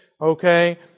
Okay